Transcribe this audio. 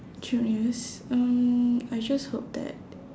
juniors um I just hope that